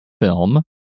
film